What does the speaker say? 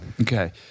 okay